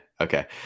okay